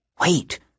Wait